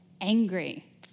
angry